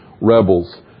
rebels